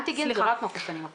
אנטיגן זה רק מחוסנים/מחלימים.